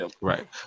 Right